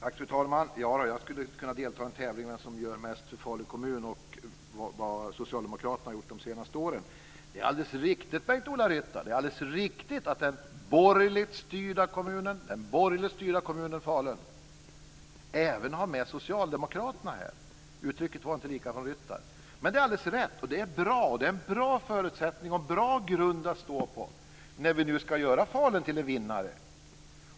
Fru talman! Jag skulle kunna delta i en tävling om vem som gör mest för Falu kommun med tanke på vad socialdemokraterna har gjort de senaste åren. Det är alldeles riktigt, Bengt-Ola Ryttar, att den borgerligt styrda kommunen Falun även har med socialdemokraterna i det här. Så var inte uttrycket från Ryttar. Men det är alldeles rätt. Det är bra. Det är en bra förutsättning och en bra grund att stå på när vi nu ska göra Falun till en vinnare.